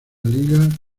liga